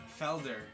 Felder